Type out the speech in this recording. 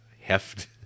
heft